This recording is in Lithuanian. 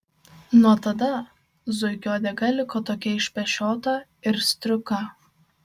nuo tada zuikio uodega liko tokia išpešiota ir striuka